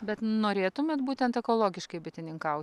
bet norėtumėt būtent ekologiškai bitininkau